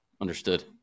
Understood